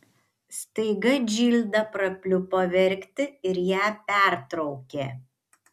staiga džilda prapliupo verkti ir ją pertraukė